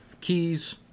keys